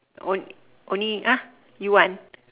on~ only !huh! you want